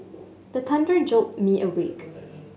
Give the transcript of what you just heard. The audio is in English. the thunder jolt me awake